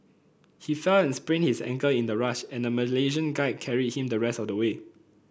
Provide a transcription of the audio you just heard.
he fell and sprained his ankle in the rush and a Malaysian guide carried him the rest of the way